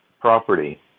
property